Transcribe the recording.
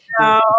No